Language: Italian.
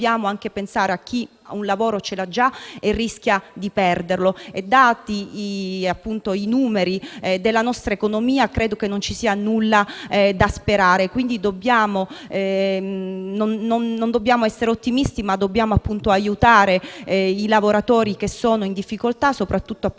dobbiamo anche pensare a chi un lavoro ce l'ha già e rischia di perderlo. Dati i numeri della nostra economia, credo che non ci sia nulla da sperare, quindi non dobbiamo essere ottimisti, ma dobbiamo aiutare i lavoratori in difficoltà, soprattutto quelli